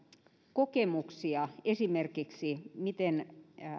kokemuksia esimerkiksi siitä miten